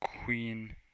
Queen